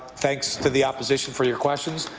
thanks to the opposition for your questions,